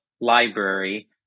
library